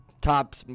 top